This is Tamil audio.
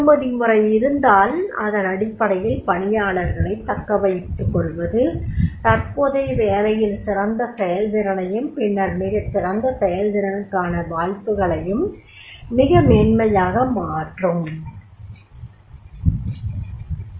வெகுமதி முறை இருந்தால் அதன் அடிப்படையில் பணியாளர்களைத் தக்கவைத்துக்கொள்வது தற்போதைய வேலையில் சிறந்த செயல்திறனையும் பின்னர் மிகச் சிறந்த செயல்திறனுக்கான வாய்ப்புகளையும் மிக மேன்மையாக மாற்றும்